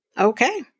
Okay